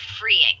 freeing